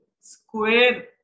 square